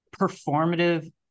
performative